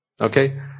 Okay